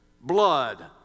blood